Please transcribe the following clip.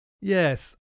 Yes